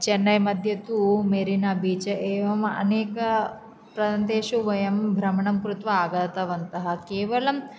चेन्नै मध्ये तु Marina Beach एवम् अनेकप्रान्तेषु वयं भ्रमणं कृत्वा आगतवन्तः केवलम्